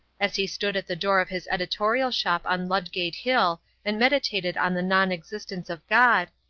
as he stood at the door of his editorial shop on ludgate hill and meditated on the non-existence of god,